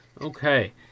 Okay